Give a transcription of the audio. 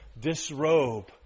disrobe